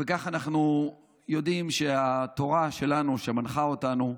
אנחנו יודעים שהתורה שלנו, שמנחה אותנו,